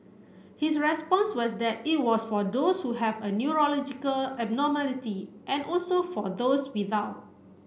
his response was that it was for those who have a neurological abnormality and also for those without